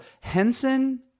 Henson